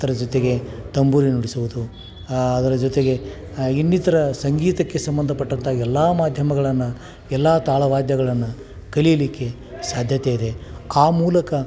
ಅದರ ಜೊತೆಗೆ ತಂಬೂರಿ ನುಡಿಸುವುದು ಅದರ ಜೊತೆಗೆ ಇನ್ನಿತರ ಸಂಗೀತಕ್ಕೆ ಸಂಬಂಧಪಟ್ಟಂಥ ಎಲ್ಲ ಮಾಧ್ಯಮಗಳನ್ನು ಎಲ್ಲ ತಾಳ ವಾದ್ಯಗಳನ್ನು ಕಲಿಯಲಿಕ್ಕೆ ಸಾಧ್ಯತೆ ಇದೆ ಆ ಮೂಲಕ